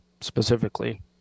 specifically